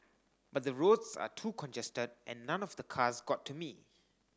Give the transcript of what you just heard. but the roads are too congested and none of the cars got to me